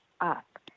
up